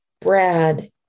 Brad